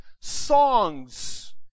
songs